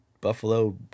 buffalo